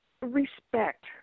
respect